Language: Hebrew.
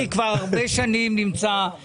מירי כבר הרבה שנים נמצאת.